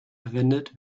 verwendet